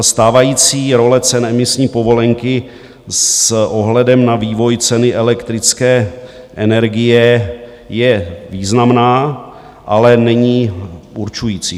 Stávající role cen emisní povolenky s ohledem na vývoj ceny elektrické energie je významná, ale není určující.